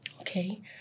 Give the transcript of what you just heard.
Okay